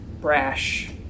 brash